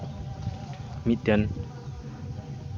ᱢᱤᱫᱴᱮᱱ